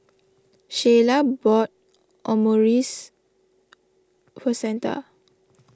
Sheyla bought Omurice for Santa